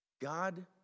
God